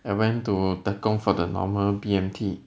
I went to tekong for the normal B_M_T